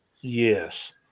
yes